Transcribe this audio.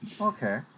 Okay